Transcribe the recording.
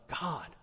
God